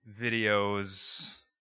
videos